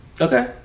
Okay